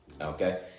okay